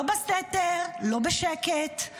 לא בסתר, לא בשקט.